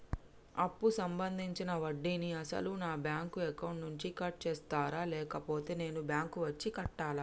అప్పు సంబంధించిన వడ్డీని అసలు నా బ్యాంక్ అకౌంట్ నుంచి కట్ చేస్తారా లేకపోతే నేను బ్యాంకు వచ్చి కట్టాలా?